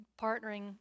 partnering